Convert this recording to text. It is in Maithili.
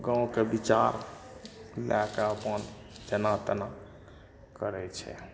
गाँवके विचार लए कऽ अपन जेना तेना करै छै